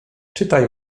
czytaj